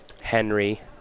Henry